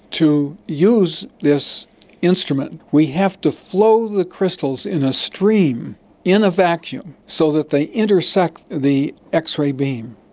to use this instrument we have to flow the crystals in a stream in a vacuum so that they intersect the x-ray beam.